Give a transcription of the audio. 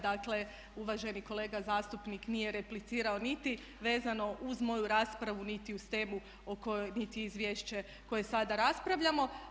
Dakle, uvaženi kolega zastupnik nije replicirao niti vezano uz moju raspravu niti uz temu o kojoj, niti izvješće koje sada raspravljamo.